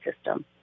system